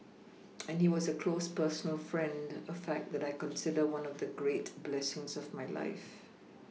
and he was a close personal friend a fact that I consider one of the great blessings of my life